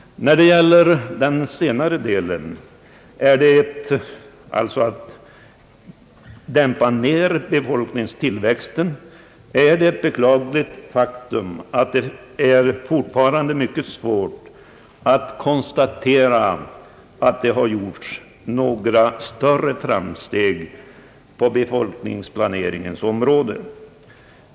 När det gäller försöken att dämpa befolkningstillväxten är det ett beklagligt faktum att det fortfarande är mycket svårt att konstatera några större framsteg på befolkningsplaneringens område.